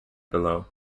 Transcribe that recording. below